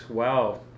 wow